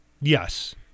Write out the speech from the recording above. Yes